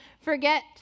forget